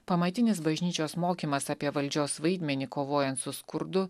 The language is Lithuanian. pamatinis bažnyčios mokymas apie valdžios vaidmenį kovojant su skurdu